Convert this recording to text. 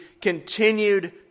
continued